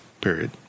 period